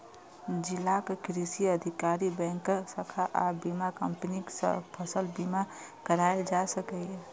जिलाक कृषि अधिकारी, बैंकक शाखा आ बीमा कंपनी सं फसल बीमा कराएल जा सकैए